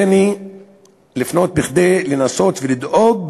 הריני לפנות כדי לנסות ולדאוג,